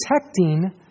protecting